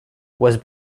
was